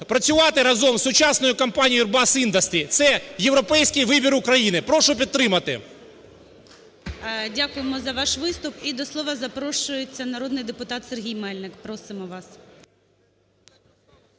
працювати разом з сучасною компанією Airbus Іndustrie. Це європейський вибір України. Прошу підтримати. ГОЛОВУЮЧИЙ. Дякуємо за ваш виступ. І до слова запрошується народний депутат Сергій Мельник, просимо вас.